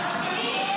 לי.